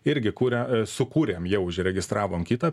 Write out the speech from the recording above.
irgi kuria sukūrėm jau užregistravom kitą